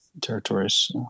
territories